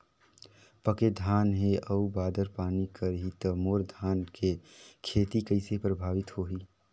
पके धान हे अउ बादर पानी करही त मोर धान के खेती कइसे प्रभावित होही?